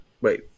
Wait